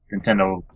Nintendo